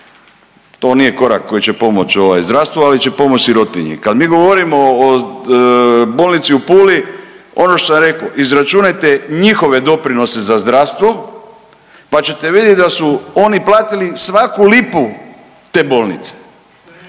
to nije korak koji će pomoć ovaj zdravstvu, ali će pomoć sirotinji. Kad mi govorimo o Bolnici u Puli ono što sam reko izračunajte njihove doprinose za zdravstvo, pa ćete vidjet da su oni platili svaku lipu te bolnice.